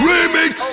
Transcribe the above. Remix